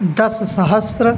दशसहस्रः